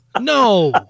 no